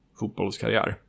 fotbollskarriär